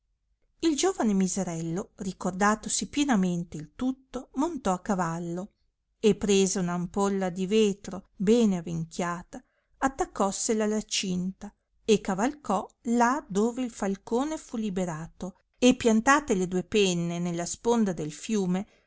il giovane miserello ricordatosi pienamente il tutto montò a cavallo e presa un ampolla di vetro bene avenchiata attaccossela alla cinta e cavalcò là dove il falcone fu liberato e piantate le due penne nella sponda del fiume